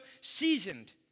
seasoned